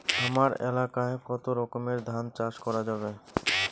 হামার এলাকায় কতো রকমের ধান চাষ করা যাবে?